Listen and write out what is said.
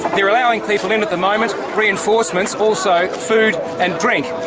they're allowing people in at the moment reinforcements, also food and drink.